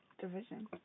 division